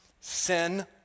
Sin